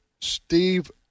steve